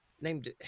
named